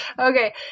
Okay